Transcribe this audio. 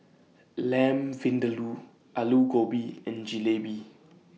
Lamb Vindaloo Alu Gobi and Jalebi